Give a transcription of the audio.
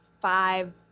five